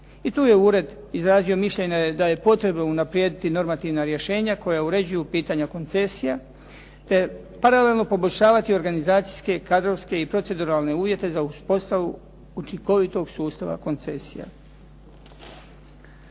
I tu je ured izrazi mišljenje da je potrebno unaprijediti normativna rješenja koja uređuju pitanja koncesija, te paralelno poboljšavati organizacijske, kadrovske i proceduralne uvjete za uspostavu učinkovitog sustava koncesija.